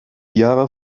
jahre